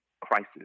crisis